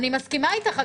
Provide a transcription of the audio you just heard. אני מסכימה איתך,